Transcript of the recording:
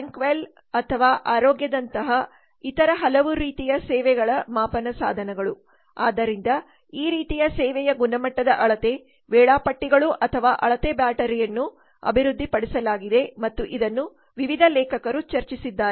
bank well ಅಥವಾ ಆರೋಗ್ಯದಂತಹ ಇತರ ಹಲವು ರೀತಿಯ ಸೇವೆಗಳ ಮಾಪನ ಸಾಧನಗಳು ಆದ್ದರಿಂದ ಈ ರೀತಿಯ ಸೇವೆಯ ಗುಣಮಟ್ಟದ ಅಳತೆ ವೇಳಾಪಟ್ಟಿಗಳು ಅಥವಾ ಅಳತೆ ಬ್ಯಾಟರಿಯನ್ನು ಅಭಿವೃದ್ಧಿಪಡಿಸಲಾಗಿದೆ ಮತ್ತು ಇದನ್ನು ವಿವಿಧ ಲೇಖಕರು ಚರ್ಚಿಸಿದ್ದಾರೆ